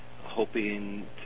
hoping